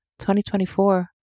2024